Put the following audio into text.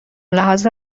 لحاظ